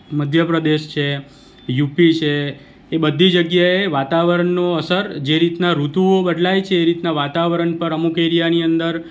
મધ્ય પ્રદેશ છે યુપી છે એ બધી જગ્યાએ વાતાવરણનો અસર જે રીતના ઋતુઓ બદલાય છે એ રીતના વાતાવરણ પર અમુક એરિયાની અંદર